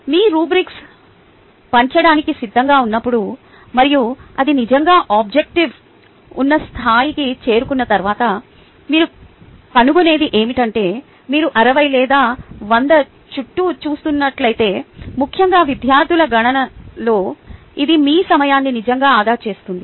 మీ rubrics పంచడానికి సిద్ధంగా ఉన్నప్పుడు మరియు అది నిజంగా ఆబ్జెక్టివ్ ఉన్న స్థాయికి చేరుకున్న తర్వాత మీరు కనుగొనేది ఏమిటంటే మీరు 60 లేదా 100 చుట్టూ చూస్తున్నట్లయితే ముఖ్యంగా విద్యార్థుల గణనలో ఇది మీ సమయాన్ని నిజంగా ఆదా చేస్తుంది